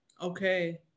Okay